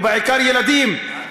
ובעיקר ילדים,